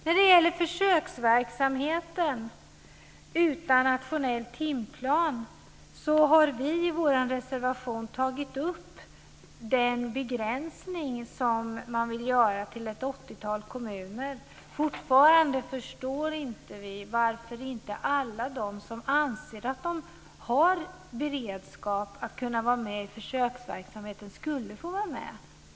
När det gäller försöksverksamheten utan nationell timplan har vi i vår reservation tagit upp den begränsning som man vill göra till ett 80-tal kommuner. Fortfarande förstår inte vi varför inte alla som anser att de har beredskap att kunna vara med i försöksverksamheten skulle få vara med.